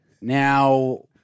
Now